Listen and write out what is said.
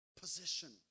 Position